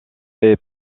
est